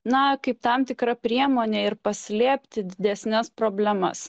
na kaip tam tikra priemonė ir paslėpti didesnes problemas